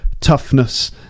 toughness